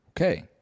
Okay